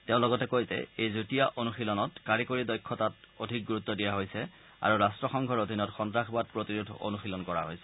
তেওঁ লগতে কয় যে এই যুটীয়া অনুশীলনত কাৰিকৰী দক্ষতাত অধিক গুৰুত্ দিয়া হৈছে আৰু ৰাট্টসংঘৰ অধীনত সন্ত্ৰাসবাদ প্ৰতিৰোধ অনুশীলন কৰা হৈছে